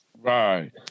Right